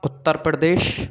Uttar Pradesh